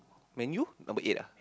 Man-U number eight ah